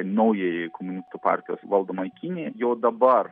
naujajai komunistų partijos valdomai kinijai jau dabar